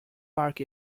park